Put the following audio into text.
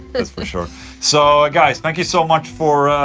that's for sure so guys, thank you so much for